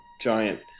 giant